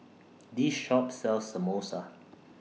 This Shop sells Samosa